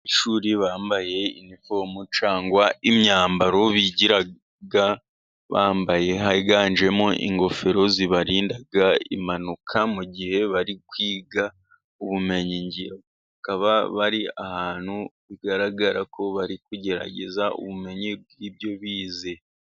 Abanyeshuri bambaye inifomu cyangwa imyambaro biga bambaye, higanjemo ingofero zibarinda impanuka mu gihe bari kwiga ubumenyingiro, bakaba bari ahantu bigaragara ko bari kugerageza ubumenyingiro bw'ibyo bize.